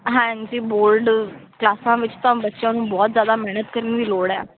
ਹਾਂਜੀ ਬੋਰਡ ਕਲਾਸਾਂ ਵਿੱਚ ਤਾਂ ਬੱਚਿਆਂ ਨੂੰ ਬਹੁਤ ਜ਼ਿਆਦਾ ਮਿਹਨਤ ਕਰਨ ਦੀ ਲੋੜ ਹੈ